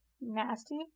nasty